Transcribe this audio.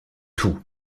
tout